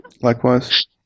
Likewise